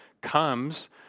comes